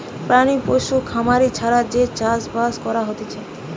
প্রাণী পশু খামারি ছাড়া যে চাষ বাস করা হতিছে